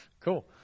Cool